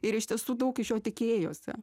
ir iš tiesų daug iš jo tikėjosi